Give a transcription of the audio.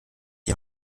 die